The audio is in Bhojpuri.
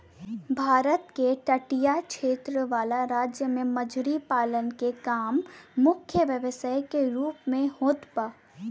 भारत के तटीय क्षेत्र वाला राज्य में मछरी पालन के काम मुख्य व्यवसाय के रूप में होत बा